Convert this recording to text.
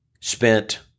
spent